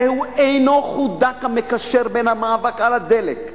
זהו אינו חוט דק המקשר בין המאבק על הדלק,